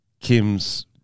Kim's-